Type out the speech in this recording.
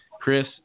Chris